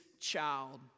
child